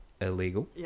illegal